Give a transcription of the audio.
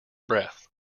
breath